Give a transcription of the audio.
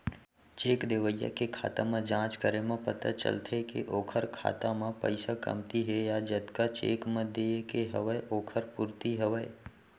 cheque देवइया के खाता म जाँच करे म पता चलथे के ओखर खाता म पइसा कमती हे या जतका चेक म देय के हवय ओखर पूरति हवय